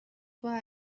why